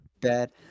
bad